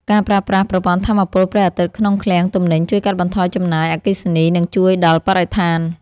ការប្រើប្រាស់ប្រព័ន្ធថាមពលព្រះអាទិត្យក្នុងឃ្លាំងទំនិញជួយកាត់បន្ថយចំណាយអគ្គិសនីនិងជួយដល់បរិស្ថាន។